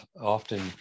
often